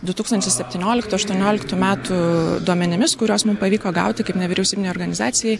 du tūkstančiai septynioliktų aštuonioliktų metų duomenimis kuriuos mum pavyko gauti kaip nevyriausybinei organizacijai